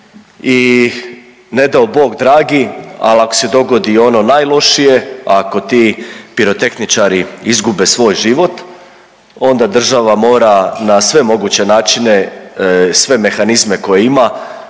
i ne dao Bog dragi, al ako se dogodi ono najlošije, ako ti pirotehničari izgube svoj život onda država mora na sve moguće načine i sve mehanizme koje ima